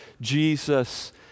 Jesus